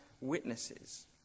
witnesses